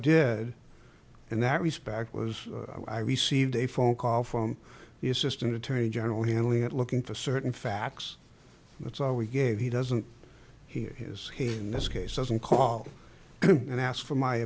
did in that respect was i received a phone call from the assistant attorney general handling it looking for certain facts and that's all we gave he doesn't hear his he in this case doesn't call and ask for my